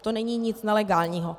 To není nic nelegálního.